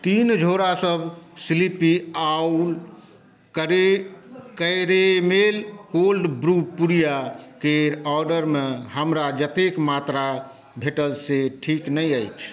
तीन झोरासभ Sleepy Owl caramel cold brew पुड़ियाके ऑर्डरमे हमरा जतेक मात्रा भेटल से ठीक नहि अछि